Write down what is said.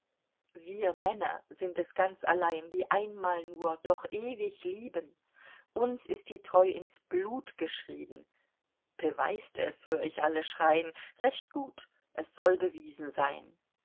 wir männer sind es ganz allein die einmal nur doch ewig lieben uns ist die treu ins blut geschrieben beweist es hör ich alle schrein recht gut es soll bewiesen sein